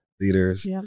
leaders